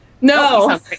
No